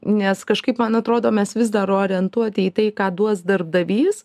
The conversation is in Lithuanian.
nes kažkaip man atrodo mes vis dar orientuoti į tai ką duos darbdavys